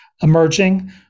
emerging